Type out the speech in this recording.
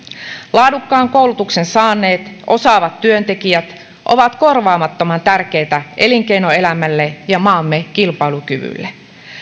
laadukkaan koulutuksen saaneet osaavat työntekijät ovat korvaamattoman tärkeitä elinkeinoelämälle ja maamme kilpailukyvylle